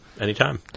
Anytime